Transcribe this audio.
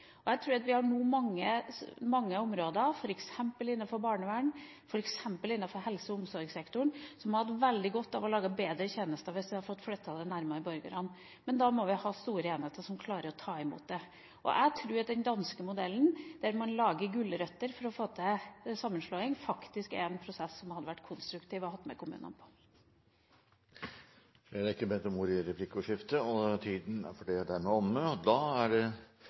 som jeg tror hadde hatt veldig godt av å lage bedre tjenester hvis vi hadde fått flytte dem nærmere borgerne. Men da må vi ha store enheter som klarer å ta imot det. Jeg tror at den danske modellen, der man bruker «gulrøtter» for å få til sammenslåing, faktisk er en prosess som hadde vært konstruktiv å ha med i kommunene. Replikkordskiftet er omme. Regjeringa sitt mål er å sikre innbyggjarane tryggleik og fridom. Det er difor me prioriterer kommunane så høgt. Det er kommunane som syter for dei grunnleggjande velferdstenestene til innbyggjarane, som barnehage, skule og omsorgstenester. Det er